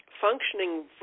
functioning